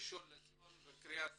ראשון לציון וקריית